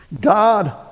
God